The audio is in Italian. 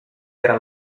era